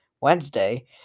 Wednesday